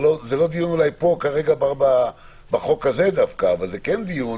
זה לא דיון פה בחוק הזה דווקא, אבל זה כן דיון